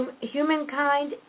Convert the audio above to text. humankind